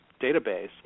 database